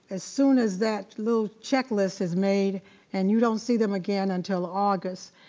as soon as that little checklist is made and you don't see them again until august,